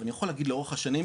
אבל אני יכול להגיד לאורך השנים,